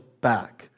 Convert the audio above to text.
back